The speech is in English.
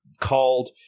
called